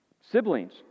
sibling's